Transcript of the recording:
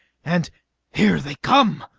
and here they come!